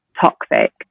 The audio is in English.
toxic